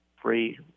free